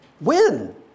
win